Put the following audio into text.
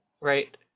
right